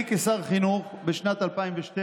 אני, כשר חינוך, בשנת 2012,